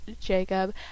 Jacob